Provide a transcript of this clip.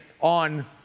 on